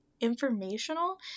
informational